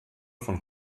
von